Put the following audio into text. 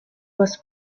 was